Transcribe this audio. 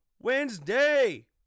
Wednesday